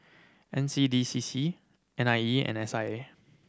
N C D C C N I E and S I A